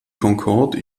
concorde